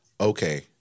Okay